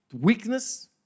Weakness